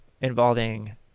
involving